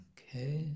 Okay